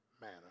manner